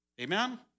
Amen